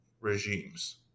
regimes